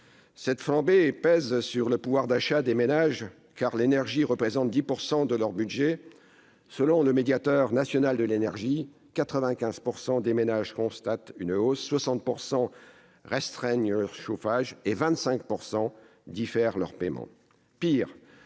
Cette flambée pèse sur le pouvoir d'achat des ménages, car l'énergie représente 10 % de leur budget. Selon le médiateur national de l'énergie, 95 % des ménages constatent une hausse, 60 % restreignent leur chauffage et 25 % diffèrent leurs paiements.